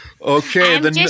Okay